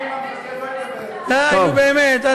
די, נו באמת.